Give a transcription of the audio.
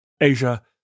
Asia